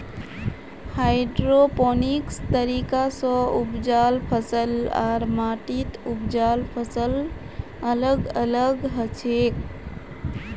hydroponics तरीका स उपजाल फसल आर माटीत उपजाल फसल अलग अलग हछेक